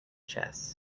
chess